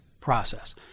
process